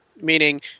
meaning